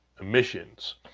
emissions